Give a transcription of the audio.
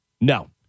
No